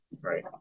Right